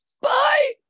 bye